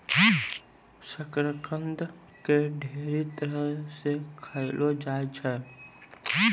शकरकंद के ढेरी तरह से खयलो जाय छै